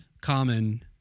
common